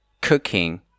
cooking